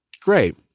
Great